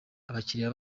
abakiriya